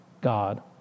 God